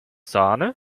sahne